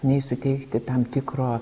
nei suteikti tam tikro